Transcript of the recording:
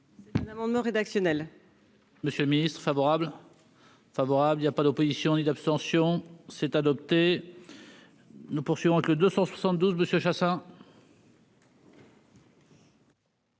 Un amendement rédactionnel. Monsieur le Ministre, favorable, favorable, il y a pas d'opposition ni abstention c'est adopté, nous poursuivons avec 272 Monsieur Chassaing.